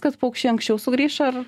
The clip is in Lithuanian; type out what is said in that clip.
kad paukščiai anksčiau sugrįš ar